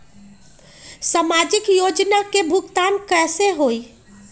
समाजिक योजना के भुगतान कैसे होई?